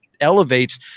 elevates